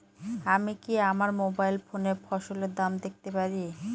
আমি কি আমার মোবাইল ফোনে ফসলের দাম দেখতে পারি?